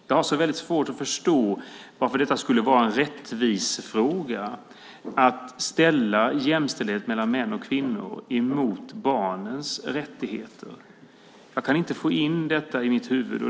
Jag har alltså väldigt svårt att förstå varför det skulle vara en rättvisefråga att ställa jämställdhet mellan män och kvinnor mot barnens rättigheter. Jag kan inte få in detta i mitt huvud.